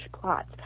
plots